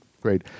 Great